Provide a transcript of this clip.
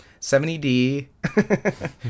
70D